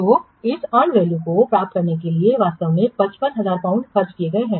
तो इस earned value को प्राप्त करने के लिए वास्तव में 55000 पाउंड खर्च किए गए हैं